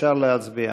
אפשר להצביע.